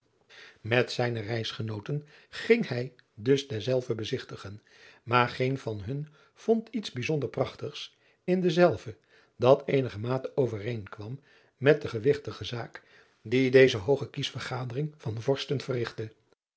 et zijne reisgenooten ging hij dus dezelve bezigtigen maar geen van hun vond iets bijzonder prachtigs in dezelve dat eenigermate overeenkwam met de gewigtige zaak die deze hooge kiesvergadering van orsten